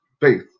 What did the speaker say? faith